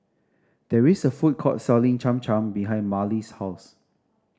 there is a food court selling Cham Cham behind Marlys' house